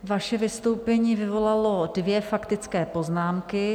Vaše vystoupení vyvolalo dvě faktické poznámky.